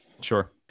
Sure